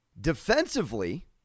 defensively